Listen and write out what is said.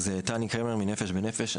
תני קרמר, ארגון נפש בנפש.